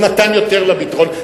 הוא נתן יותר לביטחון,